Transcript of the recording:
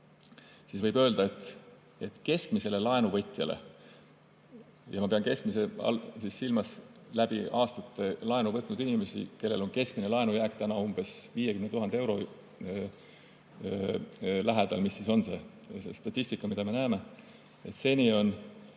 siis võib öelda, et keskmisele laenuvõtjale – ja ma pean keskmise all silmas läbi aastate laenu võtnud inimesi, kellel on keskmine laenujääk täna umbes 50 000 eurot, nagu on see statistika, mida me näeme –, siis seni on